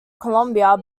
colombia